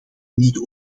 niet